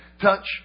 touch